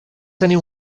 tenir